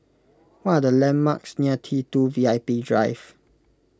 what are the landmarks near T two V I P Drive